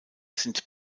sind